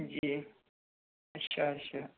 जी अच्छा अच्छा